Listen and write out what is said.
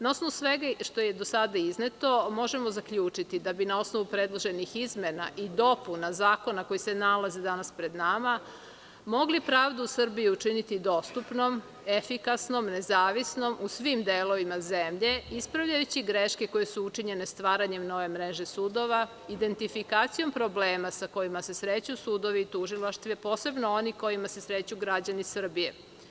Na osnovu svega što je do sada izneto možemo zaključiti da bi na osnovu predloženih izmena i dopuna zakona koji se nalaze danas pred nama mogli pravdu u Srbiji učiniti dostupnom, efikasnom, nezavisnom u svim delovima zemlje, ispravljajući greške koje su učinjene stvaranjem nove mreže sudova, identifikacijom problema sa kojima se sreću sudovi i tužilaštva, posebno oni sa kojima se sreću građani Srbije.